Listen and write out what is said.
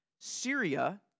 Syria